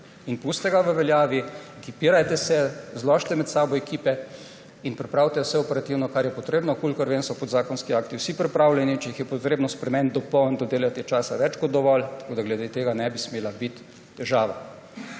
Pustite ga v veljavi, ekipirajte se, zložite med sabo ekipe in pripravite vse operativno, kar je treba. Kolikor vem, so podzakonski akti vsi pripravljeni. Če jih je treba spremeniti, dopolniti, dodelati, je časa več kot dovolj. Tako da glede tega ne bi smela biti težava.